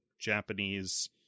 japanese